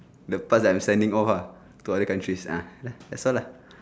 the parts that I am sending off lah to other countries ah that's all lah